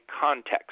context